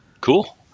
Cool